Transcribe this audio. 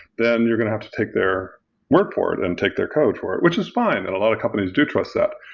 then you're going to have to take their work for it and take their code for it, which is fine, and a lot of companies do trust that,